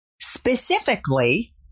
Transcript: Specifically